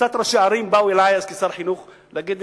קצת ראשי ערים באו אלי אז כשר חינוך להגיד,